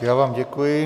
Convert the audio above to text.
Já vám děkuji.